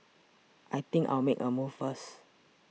I think I'll make a move first